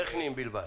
טכניים בלבד.